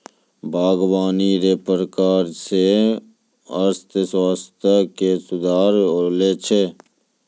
बागवानी रो प्रकार से अर्थव्यबस्था मे सुधार होलो छै